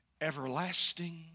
Everlasting